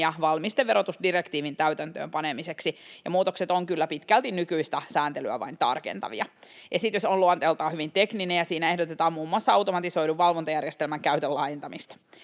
valmisteverotusdirektiivin täytäntöön panemiseksi, ja muutokset ovat kyllä pitkälti vain nykyistä sääntelyä tarkentavia. Esitys on luonteeltaan hyvin tekninen, ja siinä ehdotetaan muun muassa automatisoidun valvontajärjestelmän käytön laajentamista.